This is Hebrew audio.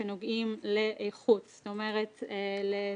שפועל כבר יותר משנה ונתן מענה ליותר מ-1,000 פניות,